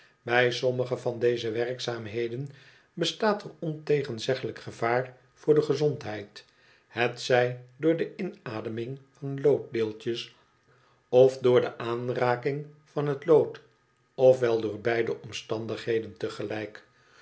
bij sommige van die werkzaamheden bestaat er ontegenzeggelijk gevaar voor de gezondheid hetzij door de inademing van looddeeltjes of door de aanraking van het lood of wel door beide omstandigheden tegelijk